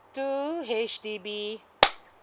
two H_D_B